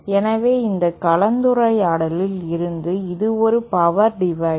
எனவே இந்த கலந்துரையாடலில் இருந்து இது ஒரு பவர் டிவைடர்